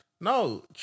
No